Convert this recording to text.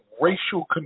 racial